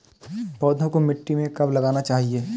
पौधें को मिट्टी में कब लगाना चाहिए?